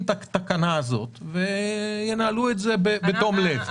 את התקנה הזאת וינהלו את זה בתום-לב.